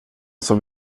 som